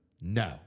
No